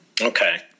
Okay